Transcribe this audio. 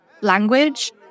language